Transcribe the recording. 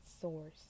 source